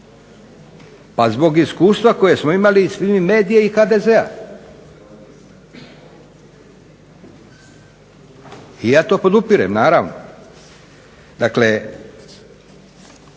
Pa zbog iskustva koje smo imali iz Fimi-medije i HDZ-a. I ja to podupirem, naravno. Dakle,